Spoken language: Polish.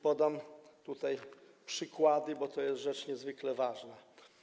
Podam tutaj przykłady, bo to jest rzecz niezwykle ważna.